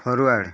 forward